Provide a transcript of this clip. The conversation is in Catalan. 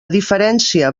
diferència